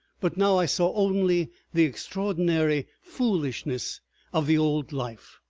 but now i saw only the extraordinary foolishness of the old life.